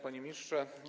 Panie Ministrze!